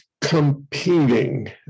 competing